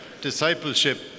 Discipleship